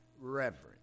reverence